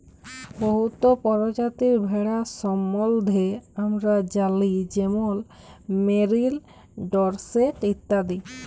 বহুত পরজাতির ভেড়ার সম্বল্ধে আমরা জালি যেমল মেরিল, ডরসেট ইত্যাদি